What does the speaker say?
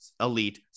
elite